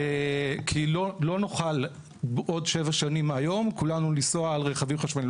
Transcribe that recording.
לא נוכל בעוד שבע שנים מהיום כולנו לנסוע על רכבים חשמליים,